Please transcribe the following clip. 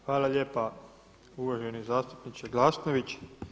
Hvala lijepa uvaženi zastupniče Glasnović.